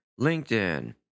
LinkedIn